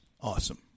Awesome